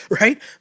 right